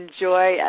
enjoy